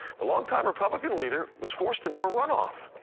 the long-time republican leader was forced into a run-off.